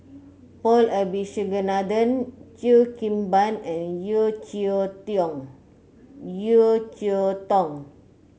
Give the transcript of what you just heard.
Paul Abisheganaden Cheo Kim Ban and Yeo Cheow Yeo Cheow Tong